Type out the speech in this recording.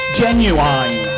genuine